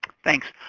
thanks.